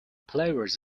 players